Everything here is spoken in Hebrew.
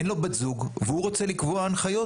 אין לו בת זוג והוא רוצה לקבוע הנחיות